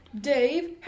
Dave